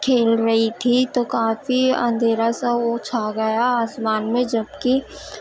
کھیل رہی تھی تو کافی اندھیرا سا وہ چھا گیا آسمان میں جبکہ